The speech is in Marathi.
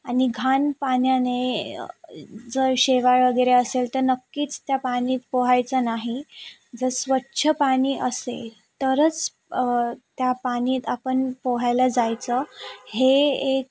आणि घाण पाण्याने जर शेवाळ वगैरे असेल तर नक्कीच त्या पाण्यात पोहायचं नाही जर स्वच्छ पाणी असेल तरच त्या पाण्यात आपण पोहायला जायचं हे एक